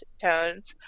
tones